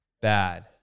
bad